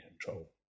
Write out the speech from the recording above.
control